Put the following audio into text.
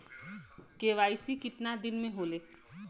KYC कितना दिन में होले?